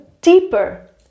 deeper